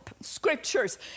scriptures